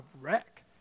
wreck